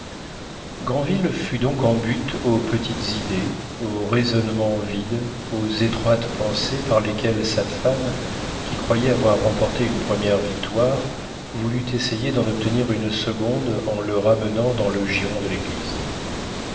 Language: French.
granville fut donc en butte aux petites idées aux raisonnements vides aux étroites pensées par lesquels sa femme qui croyait avoir remporté une première victoire voulut essayer d'en obtenir une seconde en le ramenant dans le giron de l'église